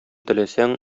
теләсәң